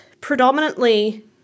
predominantly